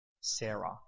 Sarah